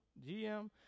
GM